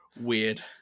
weird